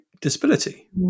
disability